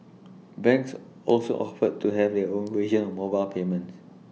banks also offered to have their own version of mobile payments